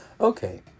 Okay